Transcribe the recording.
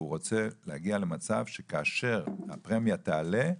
הוא רוצה להגיע למצב שכאשר הפרמיה תעלה,